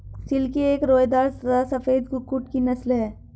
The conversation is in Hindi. सिल्की एक रोएदार तथा सफेद कुक्कुट की नस्ल है